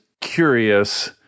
curious